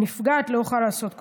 הנפגעת לא יכולה לעשות כלום.